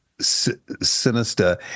sinister